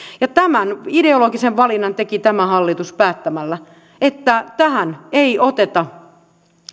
tämän ideologisen valinnan teki tämä hallitus päättämällä että tähän ei oteta